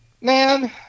Man